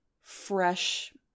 fresh